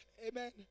Amen